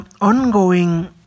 ongoing